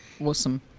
Awesome